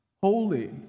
Holy